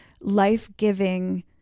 life-giving